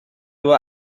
were